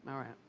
alright.